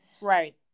right